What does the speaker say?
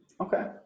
okay